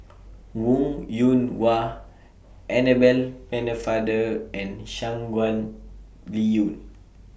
Wong Yoon Wah Annabel Pennefather and Shangguan Liuyun